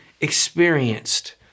experienced